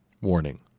Warning